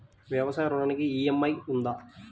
వ్యవసాయ ఋణానికి ఈ.ఎం.ఐ ఉందా?